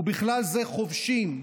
ובכלל זה חובשים,